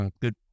Good